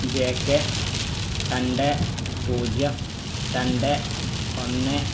J K രണ്ട് പൂജ്യം രണ്ട് ഒന്ന്